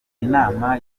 nama